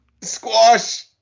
Squash